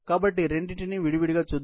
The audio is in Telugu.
కాబట్టి రెండింటినీ విడిగా చూద్దాం